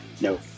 No